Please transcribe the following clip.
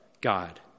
God